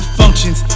functions